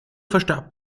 verstarb